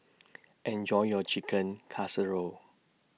Enjoy your Chicken Casserole